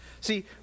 See